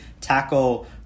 tackle